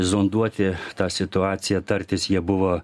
zonduoti tą situaciją tartis jie buvo